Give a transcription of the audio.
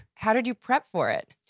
how did you prep for it?